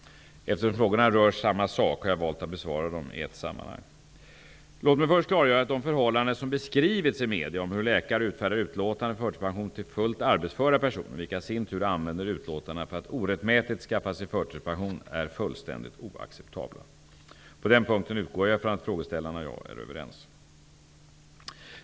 Eftersom frågorna rör samma sak, har jag valt att besvara dem i ett sammanhang. Låt mig först klargöra att de förhållanden som beskrivits i media om hur läkare utfärdar utlåtande för förtidspension till fullt arbetsföra personer, vilka i sin tur använder utlåtandena för att orättmätigt skaffa sig förtidspension, är fullständigt oacceptabla. På den punkten utgår jag från att frågeställaren och jag är helt överens.